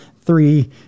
three